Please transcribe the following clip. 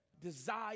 desire